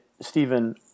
Stephen